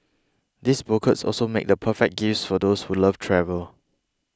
these bouquets also make the perfect gifts for those who love travel